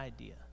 idea